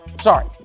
Sorry